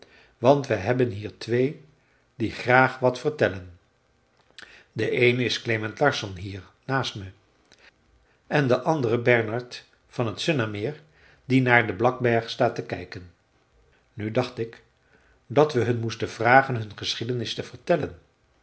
want we hebben hier twee die graag wat vertellen de eene is klement larsson hier naast me en de andere bernhard van t sunnanmeer die naar den blacksberg staat te kijken nu dacht ik dat we hun moesten vragen ons een geschiedenis te vertellen